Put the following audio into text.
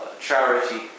charity